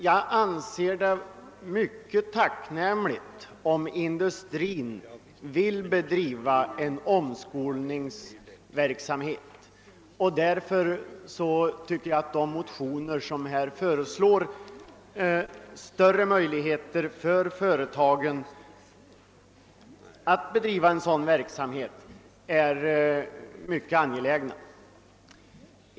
Jag anser det emellertid tacknämligt om också industrin vill bedriva viss omskolningsverksamhet, och därför tycker jag att de motioner som här föreligger och vilka föreslår bättre möjligheter för företagen att bedriva en sådan verksamhet är mycket välmotiverade.